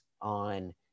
on